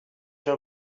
suis